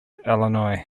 illinois